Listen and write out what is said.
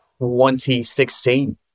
2016